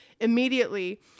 immediately